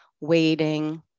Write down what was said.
waiting